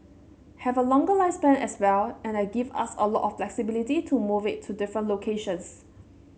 have a longer lifespan as well and that gives us a lot of flexibility to move it to different locations